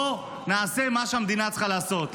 בוא נעשה מה שהמדינה צריכה לעשות,